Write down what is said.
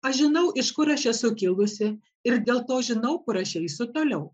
aš žinau iš kur aš esu kilusi ir dėl to žinau kur aš eisiu toliau